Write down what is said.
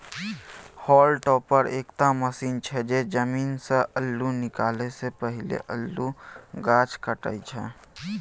hall topper एकटा machine छै जे जमीनसँ अल्लु निकालै सँ पहिने अल्लुक गाछ काटय छै